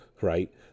right